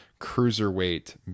cruiserweight